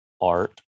art